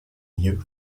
youth